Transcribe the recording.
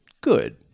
good